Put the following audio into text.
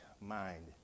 mind